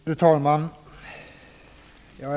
Fru talman!